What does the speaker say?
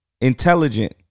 Intelligent